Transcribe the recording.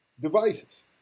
devices